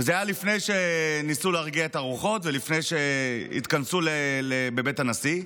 וזה היה לפני שניסו להרגיע את הרוחות ולפני שהתכנסו בבית הנשיא,